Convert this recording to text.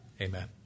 Amen